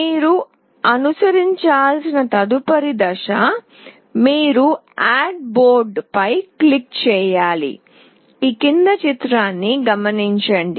మీరు అనుసరించాల్సిన తదుపరి దశ మీరు యాడ్ బోర్డ్ పై క్లిక్ చేయండి